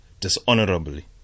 dishonorably